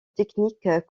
technique